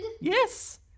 Yes